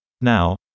Now